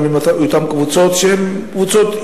גם עם אותן קבוצות במשק,